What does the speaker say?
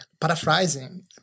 paraphrasing